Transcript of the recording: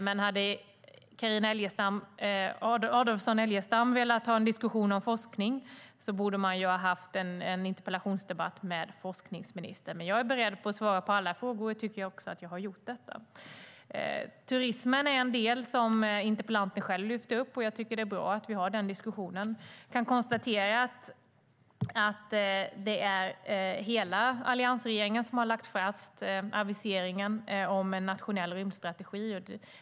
Men hade Carina Adolfsson Elgestam velat ha en diskussion om forskning borde hon ha haft en interpellationsdebatt med forskningsministern. Men jag är beredd att svara på alla frågor och tycker också att jag har gjort det. Turismen är en del som interpellanten själv tog upp. Jag tycker att det är bra att vi har den diskussionen. Jag kan konstatera att det är hela alliansregeringen som har lagt fast aviseringen om en nationell rymdstrategi.